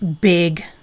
big